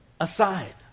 Aside